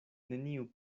neniu